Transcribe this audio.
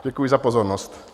Děkuji za pozornost.